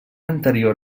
anterior